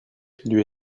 lui